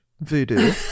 voodoo